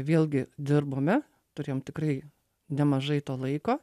vėlgi dirbome turėjom tikrai nemažai to laiko